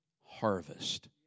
harvest